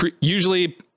usually